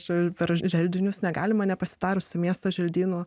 per želdinius negalima nepasitarus su miesto želdynų